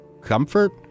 comfort